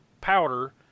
powder